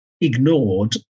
ignored